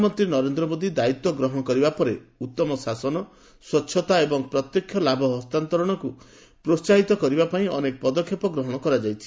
ପ୍ରଧାନମନ୍ତ୍ରୀ ନରେନ୍ଦ୍ର ମୋଦୀ ଦାୟିତ୍ୱ ଗ୍ରହଣ କରିବା ପରେ ଉତ୍ତମ ଶାସନ ସ୍ୱଚ୍ଛତା ଏବଂ ପ୍ରତ୍ୟକ୍ଷ ଲାଭ ହସ୍ତାନ୍ତରଣକୁ ପ୍ରୋହାହିତ କରିବା ପାଇଁ ଅନେକ ପଦକ୍ଷେପ ଗ୍ରହଣ କରାଯାଇଛି